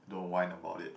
don't whine about it